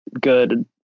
good